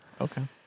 Okay